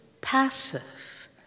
passive